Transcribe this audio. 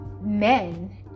men